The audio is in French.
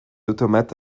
automates